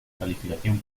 calificación